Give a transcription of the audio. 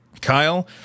Kyle